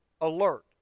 alert